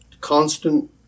constant